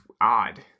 odd